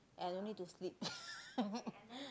I don't need to sleep